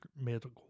medical